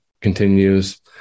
continues